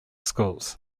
schools